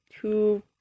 two